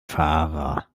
fahrer